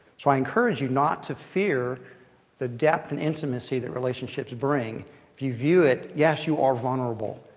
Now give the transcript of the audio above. so i encourage you not to fear the depth and intimacy that relationships bring if you view it, yes you are vulnerable,